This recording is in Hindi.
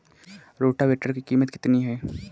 रोटावेटर की कीमत कितनी है?